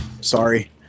Sorry